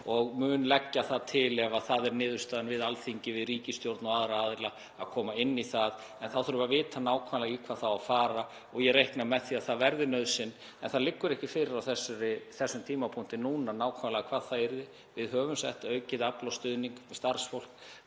og mun leggja það til ef það er niðurstaðan, við Alþingi, við ríkisstjórn og aðra aðila, að koma inn í það. En þá þurfum við að vita nákvæmlega í hvað fjármagnið á að fara. Ég reikna með því að það verði nauðsyn en það liggur ekki fyrir á þessum tímapunkti núna nákvæmlega hvað það yrði. Við höfum sett aukið afl og stuðning við starfsfólk